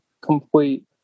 complete